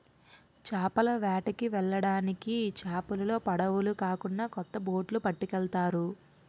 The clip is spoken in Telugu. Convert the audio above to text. చేపల వేటకి వెళ్ళడానికి చేపలోలు పడవులు కాకున్నా కొత్త బొట్లు పట్టుకెళ్తారు